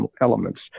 elements